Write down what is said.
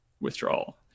withdrawal